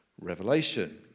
revelation